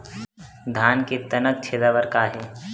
धान के तनक छेदा बर का हे?